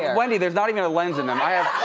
and wendy, there's not even a lens in them.